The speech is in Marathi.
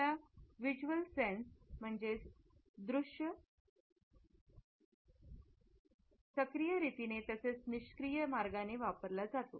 आपला व्हिज्युअल सेन्स सक्रिय रीतीने तसेच निष्क्रीय मार्गाने वापरला जातो